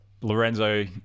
Lorenzo